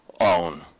own